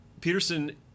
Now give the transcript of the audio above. Peterson